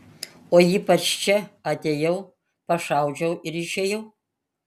o ypač čia atėjau pašaudžiau ir išėjau